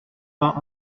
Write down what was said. vingt